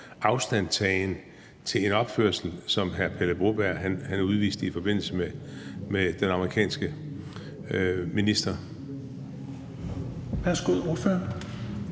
afstandtagen til den opførsel, som hr. Pele Broberg udviste i forbindelse med mødet med den amerikanske minister. Kl. 16:31 Tredje